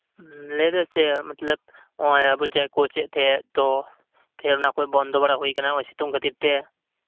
ᱞᱟᱹᱭ ᱪᱮᱫ ᱢᱚᱛᱞᱚᱵ ᱱᱚᱜᱚᱭ ᱪᱮᱫ ᱠᱚ ᱠᱚ ᱪᱮᱫ ᱮᱫ ᱛᱟᱸᱦᱮᱜ ᱛᱚ ᱠᱷᱮᱞ ᱚᱱᱟ ᱠᱚ ᱵᱚᱱᱫᱚ ᱵᱟᱲᱟ ᱦᱩᱭ ᱠᱟᱱᱟ ᱥᱤᱛᱩᱝ ᱠᱷᱟᱹᱛᱤᱨ ᱛᱮ